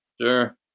Sure